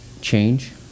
change